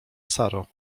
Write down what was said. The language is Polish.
saro